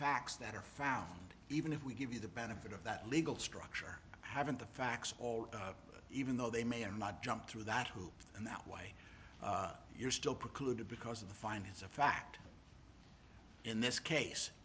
facts that are found even if we give you the benefit of that legal structure haven't the facts all even though they may or not jump through that hoop and that way you're still precluded because of the findings of fact in this case